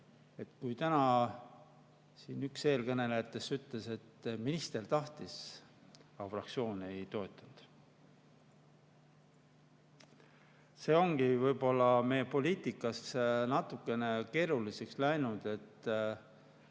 kui täna siin üks eelkõnelejatest ütles, et minister tahtis [lubadust täita], aga fraktsioon ei toetanud. See ongi võib-olla meie poliitikas natukene keeruliseks läinud, et